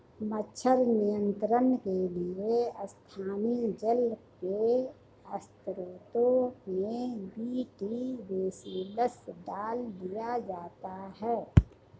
मच्छर नियंत्रण के लिए स्थानीय जल के स्त्रोतों में बी.टी बेसिलस डाल दिया जाता है